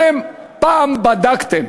אתם פעם בדקתם